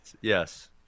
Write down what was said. yes